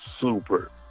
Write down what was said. Super